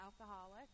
alcoholic